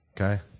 okay